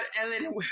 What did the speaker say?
Ellen